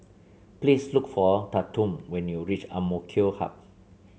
please look for Tatum when you reach AMK Hub